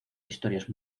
historias